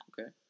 Okay